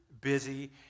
busy